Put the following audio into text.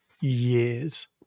years